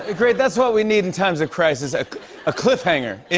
ah great. that's what we need in times of crisis a cliffhanger,